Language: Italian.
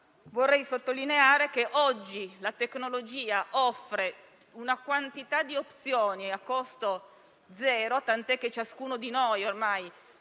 Vorrei sottolineare che oggi la tecnologia offre una quantità di opzioni a costo zero, tant'è che ciascuno di noi può ormai